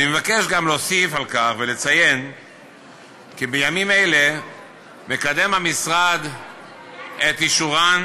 אני מבקש להוסיף על כך ולציין כי בימים אלה מקדם המשרד את אישורן